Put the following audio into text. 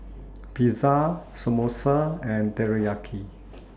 Pizza Samosa and Teriyaki